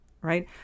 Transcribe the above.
right